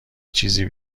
چیزی